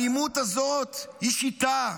האלימות הזאת היא שיטה.